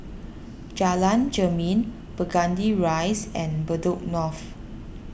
Jalan Jermin Burgundy Rise and Bedok North